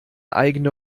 eigene